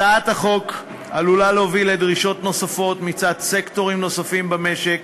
הצעת החוק עלולה להוביל לדרישות נוספות מצד סקטורים נוספים במשק